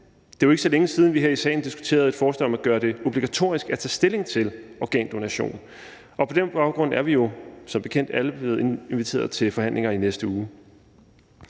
Det er jo ikke så længe siden, at vi her i salen diskuterede et forslag om at gøre det obligatorisk at tage stilling til organdonation. Og på den baggrund er vi jo som bekendt alle blevet inviteret til forhandlinger i næste uge.